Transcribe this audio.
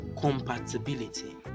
compatibility